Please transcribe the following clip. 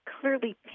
clearly